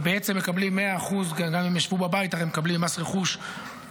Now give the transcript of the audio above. ובעצם מקבלים 100%. גם אם הם ישבו בבית הרי הם מקבלים מס רכוש ושכר,